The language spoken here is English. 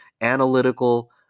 analytical